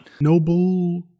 Noble